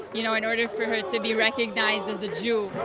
you know, in order for her to be recognized as a jew.